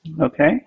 Okay